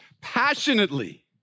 passionately